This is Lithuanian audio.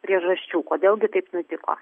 priežasčių kodėl gi taip nutiko